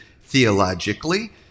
theologically